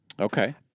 Okay